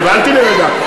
נבהלתי לרגע,